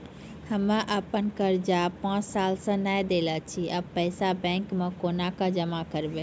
हम्मे आपन कर्जा पांच साल से न देने छी अब पैसा बैंक मे कोना के जमा करबै?